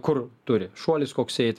kur turi šuolis koks eit